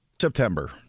September